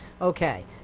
okay